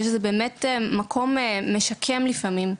שזה באמת מקום משקם לפעמים.